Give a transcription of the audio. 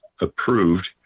approved